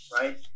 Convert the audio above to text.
right